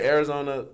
Arizona